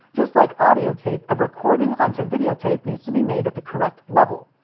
just like audio tape, a recording onto video tape needs to be made at the correct level.